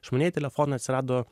išmanieji telefonai atsirado